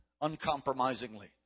uncompromisingly